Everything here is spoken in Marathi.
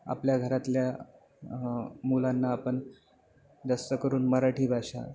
आपल्या घरातल्या मुलांना आपण जास्त करून मराठी भाषा